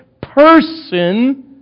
person